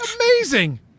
Amazing